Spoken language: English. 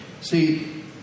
See